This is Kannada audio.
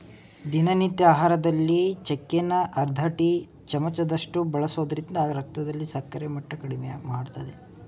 ದಿನನಿತ್ಯ ಆಹಾರದಲ್ಲಿ ಚಕ್ಕೆನ ಅರ್ಧ ಟೀ ಚಮಚದಷ್ಟು ಬಳಸೋದ್ರಿಂದ ರಕ್ತದಲ್ಲಿ ಸಕ್ಕರೆ ಮಟ್ಟ ಕಡಿಮೆಮಾಡ್ತದೆ